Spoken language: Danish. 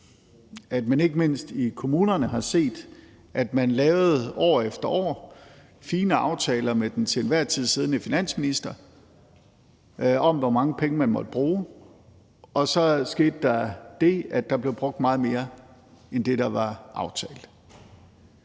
at vi ikke mindst i kommunerne har set, at man år efter år lavede fine aftaler med den til enhver tid siddende finansminister om, hvor mange penge man måtte bruge. Og så skete der det, at der blev brugt meget mere end det, der var aftalt.